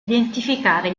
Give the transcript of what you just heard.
identificare